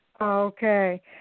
Okay